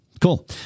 Cool